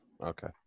Okay